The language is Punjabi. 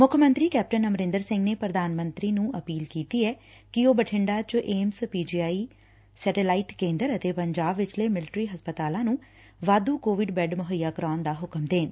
ਮੁੱਖ ਮੰਤਰੀ ਕੈਪਟਨ ਅਮਰਿੰਦਰ ਸਿੰਘ ਨੇ ਪ੍ਰਧਾਨ ਮੰਤਰੀ ਨੂੰ ਅਪੀਲ ਕੀਤੀ ਏ ਕਿ ਊਹ ਬਠਿੰਡਾ ਚ AIIMS P G I satellite ਕੇਦਰ ਅਤੇ ਪੰਜਾਬ ਵਿਚਲੇ ਮਿਲਟਰੀ ਹਸਪਤਾਲਾਂ ਨੂੰ ਵਾਧੁ ਕੋਵਿਡ ਬੈਡ ਮੁਹੱਈਆ ਕਰਾਉਣ ਦਾ ਹੁਕਮ ਦੇਣ